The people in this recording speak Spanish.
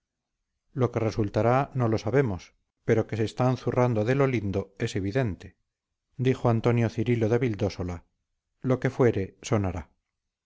lo que resultará no lo sabemos pero que se están zurrando de lo lindo es evidente dijo antonio cirilo de vildósola lo que fuere sonará